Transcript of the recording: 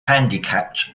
handicapped